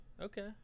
Okay